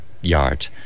yard